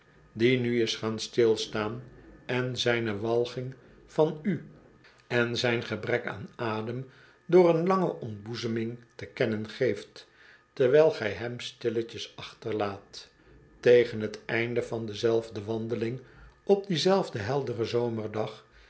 die nu is gaan stilstaan en zijne walging van u en zijn gebrek aan adem door een lange ontboezeming te kennen geeft terwijl gij hem stilletjes achterlaat tegen t einde van dezelfde wandeling op dien zelfden helderen zomerdag